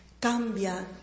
Cambia